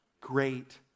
great